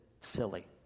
silly